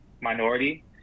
minority